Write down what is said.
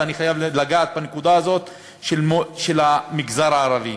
ואני חייב לגעת בנקודה הזאת של המגזר הערבי.